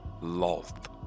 Loth